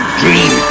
dream